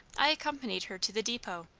i accompanied her to the depot,